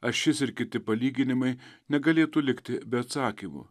ar šis ir kiti palyginimai negalėtų likti be atsakymų